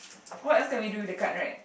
what else can we do with the card right